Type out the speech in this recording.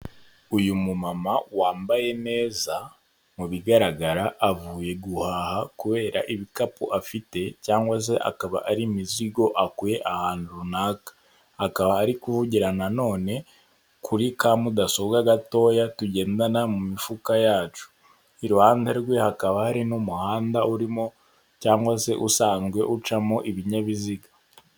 Uyu mumama wambaye neza mu bigaragara avuye guhaha kubera ibikapu afite cyangwa se akaba ari imizigo akuye ahantu runaka, akaba ari kuvugira nanone kuri ka mudasobwa gatoya tugendandana mu mifuka yacu, iruhande rwe hakaba hari n'umuhanda urimo cyangwa se usanzwe ucamo ibinyabiziga.